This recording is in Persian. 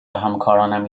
وهمکارانم